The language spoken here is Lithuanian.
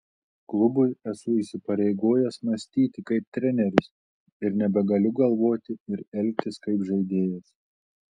klubui esu įsipareigojęs mąstyti kaip treneris ir nebegaliu galvoti ir elgtis kaip žaidėjas